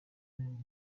knew